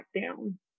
down